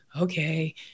okay